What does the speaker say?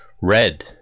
red